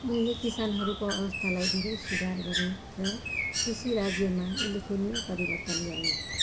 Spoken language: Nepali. उनले किसानहरूको अवस्थालाई धेरै सुधार गरे र कृषि राज्यमा उल्लेखनीय परिवर्तन ल्याए